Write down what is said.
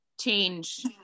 change